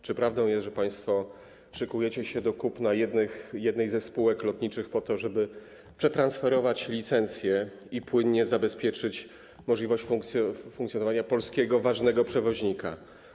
Czy prawdą jest, że państwo szykujecie się do kupna jednej ze spółek lotniczych po to, żeby przetransferować licencje i płynnie zabezpieczyć możliwość funkcjonowania polskiego ważnego przewoźnika?